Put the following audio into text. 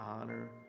honor